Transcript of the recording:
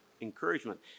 encouragement